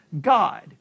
God